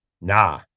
nah